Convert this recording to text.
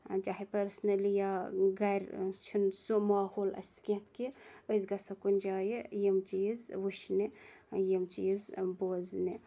چاہے پرسنَلی یا گَرٕ چھُنہٕ سہُ ماحول اَسہِ کینٛہہ کہ أسۍ گَژھو کُنہِ جایہِ یِم چیٖز وِچھنہِ یِم چیٖز بوزنہِ